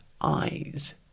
eyes